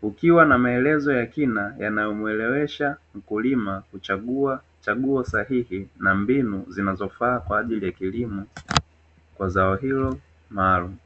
Kukiwa na maelezo ya kina yanayomuelewesha mkulima, kuchagua chaguo sahihi na mbinu zinazofaa kwa ajili ya kilimo kwa zao hilo maalumu.